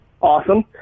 awesome